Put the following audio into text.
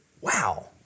wow